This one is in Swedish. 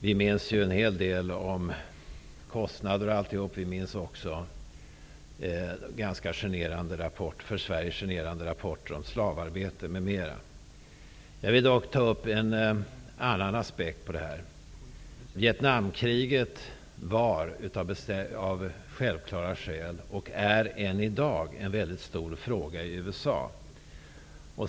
Vi minns kostnaderna, och vi minns för Sverige generande rapporter om slavarbete m.m. Jag vill dock ta upp en annan aspekt av frågan. Vietnamkriget var och är än i dag av självklara skäl en väldigt stor fråga i USA.